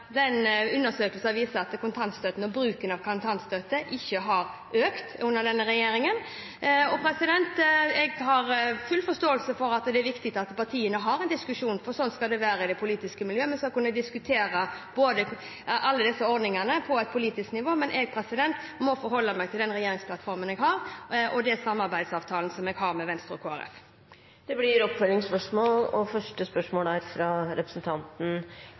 viser at bruken av kontantstøtte ikke har økt under denne regjeringen. Jeg har full forståelse for at det er viktig at partiene har en diskusjon, for sånn skal det være i det politiske miljø – vi skal kunne diskutere alle disse ordningene på et politisk nivå – men jeg må forholde meg til den regjeringsplattformen vi har, og den samarbeidsavtalen vi har med Venstre og Kristelig Folkeparti. Ketil Kjenseth – til oppfølgingsspørsmål. Mitt oppfølgingsspørsmål går til kulturministeren. Venstre er